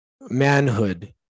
manhood